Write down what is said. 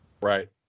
Right